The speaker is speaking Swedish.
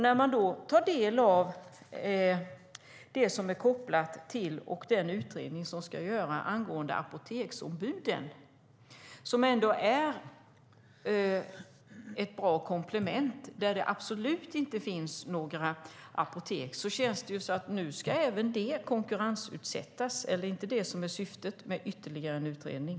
När man sedan tar del av den utredning som ska göras angående apoteksombuden, som ju är ett bra komplement på orter där det inte finns några apotek, verkar det som att även de ska konkurrensutsättas. Är inte det syftet med ytterligare en utredning?